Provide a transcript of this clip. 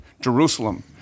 Jerusalem